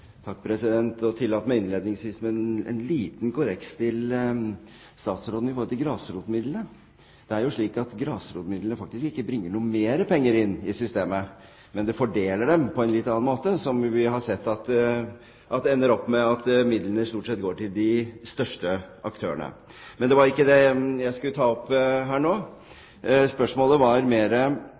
tillater meg innledningsvis å komme med en liten korreks til statsråden med hensyn til grasrotmidlene. Det er jo slik at grasrotmidlene faktisk ikke bringer mer penger inn i systemet, men pengene blir fordelt på en litt annen måte, og vi har sett at det ender opp med at midlene stort sett går til de største aktørene. Men det var ikke det jeg skulle ta opp her nå. Spørsmålet